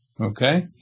okay